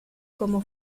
como